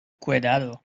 cuidado